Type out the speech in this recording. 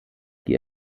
die